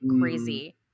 crazy